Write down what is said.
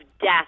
death